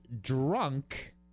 drunk